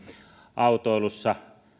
autoilussa